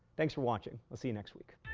thanks for watching. i'll see you next week.